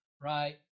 right